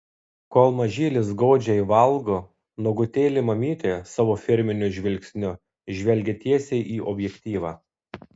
kol mažylis godžiai valgo nuogutėlė mamytė savo firminiu žvilgsniu žvelgia tiesiai į objektyvą